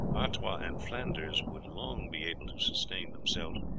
artois and flanders would long be able to sustain themselves,